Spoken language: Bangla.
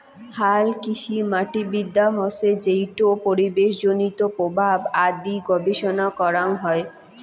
হালকৃষিমাটিবিদ্যা হসে যেইটো পরিবেশজনিত প্রভাব আদি গবেষণা করাং হই